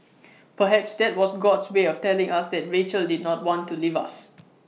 perhaps that was God's way of telling us that Rachel did not want to leave us